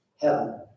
Heaven